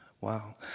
Wow